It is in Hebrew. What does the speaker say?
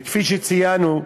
וכפי שציינו,